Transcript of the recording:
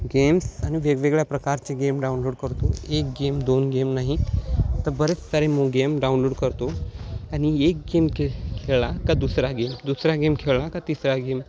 games आणि वेगवेगळ्या प्रकारचे गेम डाउनलोड करतो एक गेम दोन गेम नाहीत तर बरेच सारे मग गेम डाउनलोड करतो आणि एक गेम खे खेळला का दुसरा गेम दुसरा गेम खेळला का तिसरा गेम